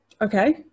Okay